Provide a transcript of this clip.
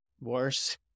worse